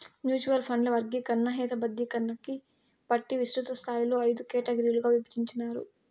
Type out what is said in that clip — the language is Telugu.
మ్యూచువల్ ఫండ్ల వర్గీకరణ, హేతబద్ధీకరణని బట్టి విస్తృతస్థాయిలో అయిదు కేటగిరీలుగా ఇభజించినారు